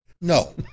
No